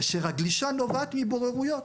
כאשר הגלישה נובעת מבוררויות.